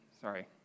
sorry